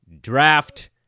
draft